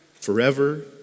forever